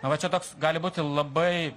nu va čia toks gali būti labai